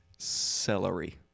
Celery